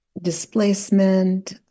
displacement